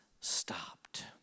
stopped